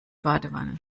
badewanne